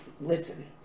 listen